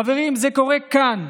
חברים, זה קורה כאן,